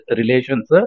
relations